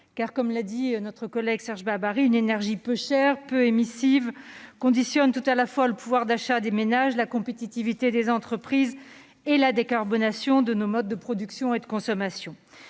Comme l'a souligné notre collègue Serge Babary, une énergie peu chère et peu émissive conditionne tout à la fois le pouvoir d'achat des ménages, la compétitivité des entreprises et la décarbonation de nos modes de production et de consommation.